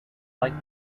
reading